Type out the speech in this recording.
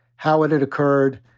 how it had occurred,